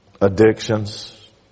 addictions